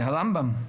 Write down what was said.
הרמב"ם,